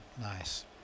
Nice